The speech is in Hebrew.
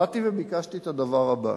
באתי וביקשתי את הדבר הבא,